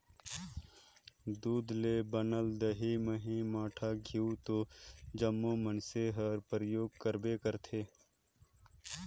दूद ले बनल दही, मही, मठा, घींव तो जम्मो मइनसे हर परियोग करबे करथे